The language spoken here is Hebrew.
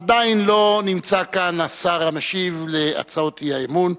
עדיין לא נמצא כאן השר המשיב על הצעות האי-אמון,